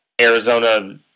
Arizona